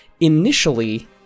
initially